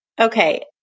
Okay